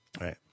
Right